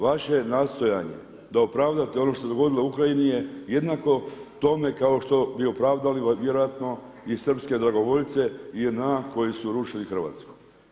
Vaše nastojanje da opravdate ono što se dogodilo u Ukrajini je jednako tome kao što bi opravdali vjerojatno i srpske dragovoljce i JNA koji su rušili Hrvatsku.